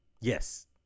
Yes